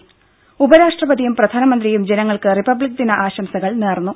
ത ഉപരാഷ്ട്രപതിയും പ്രധാനമന്ത്രിയും ജനങ്ങൾക്ക് റിപ്പബ്ലിക് ദിന ആശംസകൾ നേർന്നു